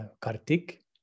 Kartik